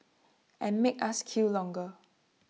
and make us queue longer